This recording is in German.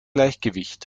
gleichgewicht